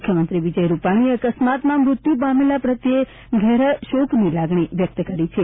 મુખ્યમંત્રી વિજય રૂપાણીએ અકસ્માતમાં મૃત્યુ પામેલા પ્રત્યે ઘૈરા શોકની લાગણી વ્યક્ત કરી છે